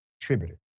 contributor